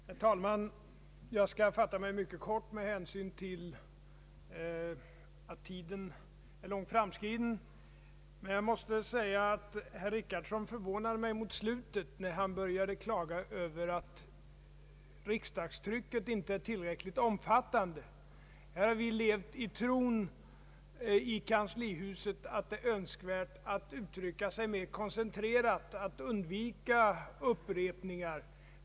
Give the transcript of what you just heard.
Herr talman! Jag skall fatta mig kort med hänsyn till att tiden är långt framskriden. Jag måste säga att herr Richardson förvånade mig mot slutet när han började klaga över att riksdagstrycket inte är tillräckligt omfattande. Här har vi i kanslihuset levt i den tron att det är önskvärt att uttrycka sig koncentrerat och undvika upprepningar.